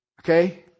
Okay